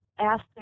asked